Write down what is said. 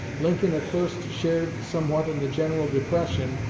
lincoln at first shared somewhat in the general depression,